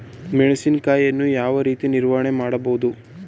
ಮೆಣಸಿನಕಾಯಿಯನ್ನು ಯಾವ ರೀತಿ ನಿರ್ವಹಣೆ ಮಾಡಬಹುದು?